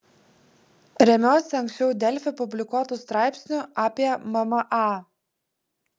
remiuosi ankščiau delfi publikuotu straipsniu apie mma